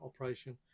operation